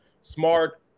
smart